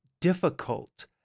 difficult